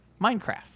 Minecraft